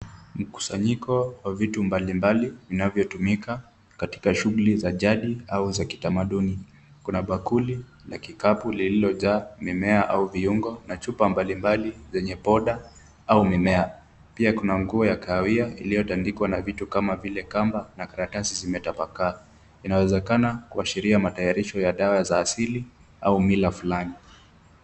Mkusanyiko wa vitu mbalimbali vinavyotumika katika shughuli za jadi au za kitamaduni. Kuna bakuli na kikapu lililojaa mimea au viungo na chupa mbali mbali zenye powder au mimea, pia kuna nguo ya kahawia iliyotandikwa na vitu kama vile kamba na karatasi zimetapakaa. Inawezekena kuashiria matayarisho ya dawa za asili au mila fulani.